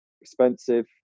expensive